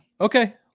Okay